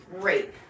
great